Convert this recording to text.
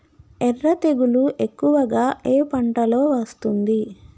ఎర్ర తెగులు ఎక్కువగా ఏ పంటలో వస్తుంది?